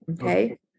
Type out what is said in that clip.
Okay